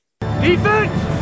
defense